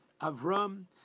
Avram